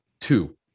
two